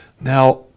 Now